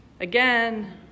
again